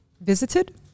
visited